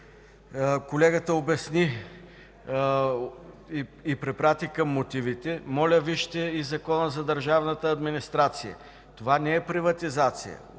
Колегата обясни и препрати към мотивите. Моля, вижте и Закона за държавната администрация. Това не е приватизация.